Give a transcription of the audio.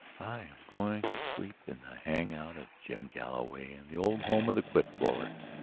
i am going to sleep in the hang-out of jim galloway and the old home of the cliff-dwellers!